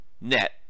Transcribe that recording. net